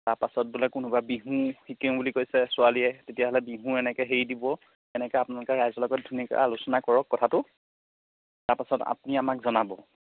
তাৰপাছত বোলে কোনোবা বিহু শিকো বুলি কৈছে ছোৱালীয়ে তেতিয়াহ'লে বিহু এনেকৈ হেৰি দিব এনেকৈ আপোনালোকে ৰাইজৰ লগত ধুনীয়াকৈ আলোচনা কৰক কথাটো তাৰপাছত আপুনি আমাক জনাব